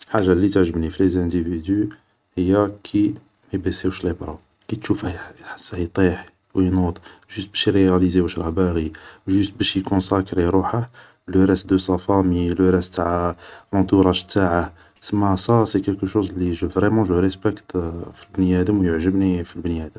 حاجا لي تعجبني في ليزانديفيدو هي كي مايبيزيوش لي برا, كي تشوفه يحس يطيح و ينوض جوست باش يرياليزي واش راه باغي, جةست باش يكونساكري روحه لو راست دو سا فامي لوراست تاع لونطراج تاعه سما سي كالكو شوز لي فريمون جو ريسباكت في البنيادم و يعجبني في البنيادم